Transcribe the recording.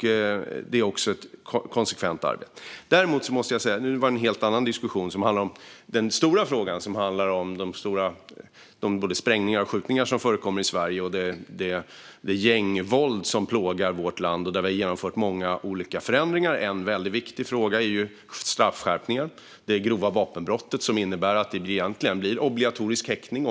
Det är också ett konsekvent arbete. Nu dök det också upp en helt annan diskussion om den stora frågan om de sprängningar och skjutningar som förekommer i Sverige och det gängvåld som plågar vårt land. Där har vi genomfört många olika förändringar. En väldigt viktig fråga är straffskärpningen och det grova vapenbrott som egentligen innebär obligatorisk häktning.